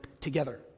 together